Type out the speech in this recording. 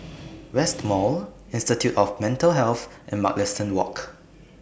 West Mall Institute of Mental Health and Mugliston Walk